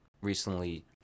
recently